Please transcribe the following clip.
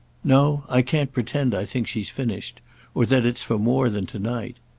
no, i can't pretend i think she's finished or that it's for more than to-night.